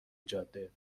جاده